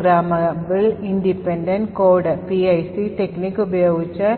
programmable independent code technique ഉപയോഗിച്ച്